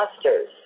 clusters